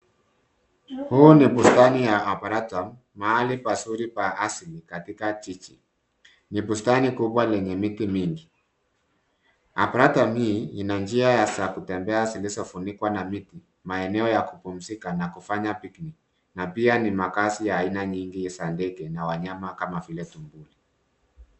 Huu ni bustani ya arboretum , mahali pazuri pa asili katika jiji. Ni bustani kubwa lenye miti mingi. Arboretum hii ina njia za kutembea zilizofunikwa na miti, maeneo ya kupumzika na kufanya picnic na pia ni makazi ya aina nyingi za ndege na wanyama kama vile tumbili.